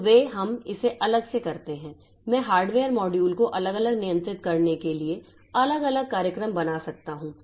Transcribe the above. तो वे हम इसे अलग से करते हैं मैं हार्डवेयर मॉड्यूल को अलग अलग नियंत्रित करने के लिए अलग अलग कार्यक्रम बना सकता हूं